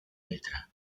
letra